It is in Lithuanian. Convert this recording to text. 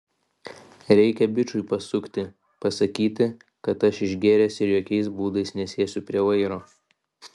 reikia bičui pasukti pasakyti kad aš išgėręs ir jokiais būdais nesėsiu prie vairo